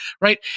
right